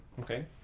Okay